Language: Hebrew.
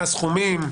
מה הסכומים?